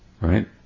right